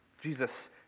Jesus